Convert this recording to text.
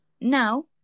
Now